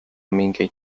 mingeid